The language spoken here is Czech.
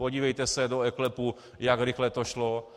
Podívejte se do EKLEPu, jak rychle to šlo.